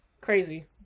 Crazy